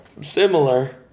Similar